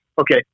Okay